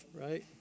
Right